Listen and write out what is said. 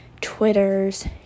Twitters